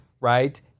right